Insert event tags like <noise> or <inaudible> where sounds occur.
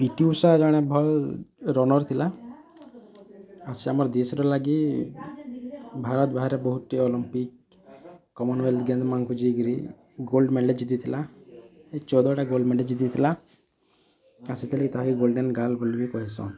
P T Usha ଜଣେ ଭଲ୍ runner ଥିଲା ଆଉ ସେ ଆମର୍ ଦେଶର୍ ଲାଗି ଭାରତ ବାହାରେ ବହୁଟେ ଅଲମ୍ପିକ୍ କମନ୍ୱେଲଥ୍ <unintelligible> ଯାଇକିରି ଗୋଲ୍ଡ୍ ମେଡ଼ାଲ୍ ଜିତିଥିଲା ସେ ଚଉଦ ଟା ଗୋଲ୍ଡ୍ ମେଡ଼ାଲ୍ ଜିତିଥିଲା ଆଉ ସେଥିର୍ ଲାଗି ତାହାକେ ଗୋଲଣ୍ଡେନ୍ ଗାର୍ଲ ବୋଲି ବି କହେସନ୍